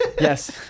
Yes